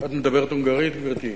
את מדברת הונגרית, גברתי?